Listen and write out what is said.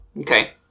Okay